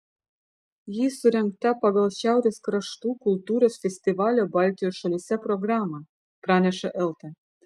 ji surengta pagal šiaurės kraštų kultūros festivalio baltijos šalyse programą praneša elta